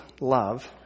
love